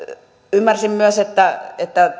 ymmärsin myös että